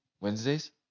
Wednesdays